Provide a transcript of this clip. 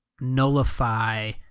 nullify